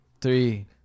Three